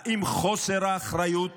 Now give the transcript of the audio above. האם חוסר האחריות